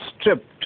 stripped